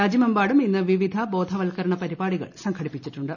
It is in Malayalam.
രാജ്യമെമ്പാടും ഇന്ന് വിവിധ ബോധവൽക്കരണ പരിപാ്ടികൾ സംഘടിപ്പിച്ചിട്ടുണ്ട്